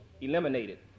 eliminated